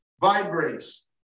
vibrates